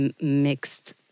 mixed